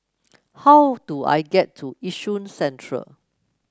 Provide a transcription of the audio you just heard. how do I get to Yishun Central